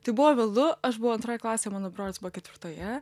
tai buvo vėlu aš buvau antroj klasėj mano brolis buvo ketvirtoje